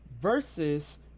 versus